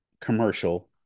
commercial